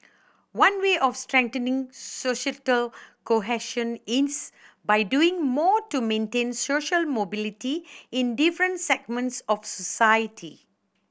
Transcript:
one way of strengthening societal cohesion is by doing more to maintain social mobility in different segments of society